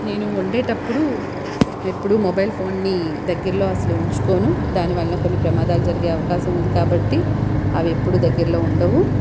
నేను వండేటప్పుడు ఎప్పుడూ మొబైల్ ఫోన్ ని దగ్గరలో అసలు ఉంచుకోను దాని వలన కొన్ని ప్రమాదాలు జరిగే అవకాశం ఉంది కాబట్టి అవి ఎప్పుడూ దగ్గరలో ఉండవు